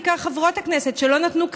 בעיקר חברות הכנסת,